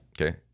Okay